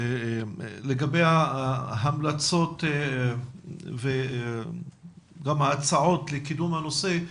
לגבי ההמלצות וגם ההצעות לקידום הנושא,